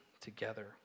together